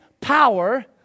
power